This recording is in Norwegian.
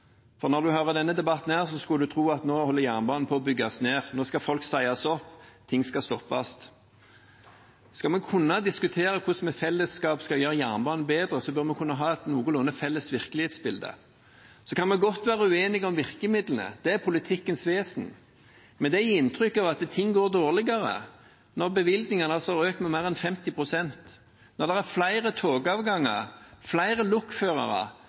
for når en hører denne debatten, skulle en tro at nå holder jernbanen på å bygges ned, nå skal folk sies opp, ting skal stoppes. Skal vi kunne diskutere hvordan vi i fellesskap skal gjøre jernbanen bedre, bør vi kunne ha et noenlunde felles virkelighetsbilde. Vi kan godt være uenige om virkemidlene, det er politikkens vesen, men det er et uriktig bilde opposisjonen prøver å gi når man gir inntrykk av at ting går dårligere – når bevilgningene har økt med mer enn 50 pst, når det er flere togavganger, flere lokførere,